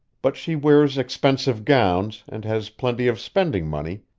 but she wears expensive gowns and has plenty of spending money,